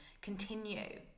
continue